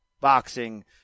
boxing